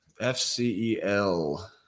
FCEL